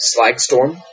Slagstorm